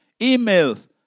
emails